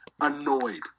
annoyed